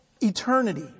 eternity